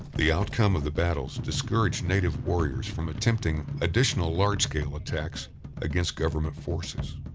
the outcome of the battles discouraged native warriors from attempting additional large-scale attacks against government forces.